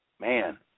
man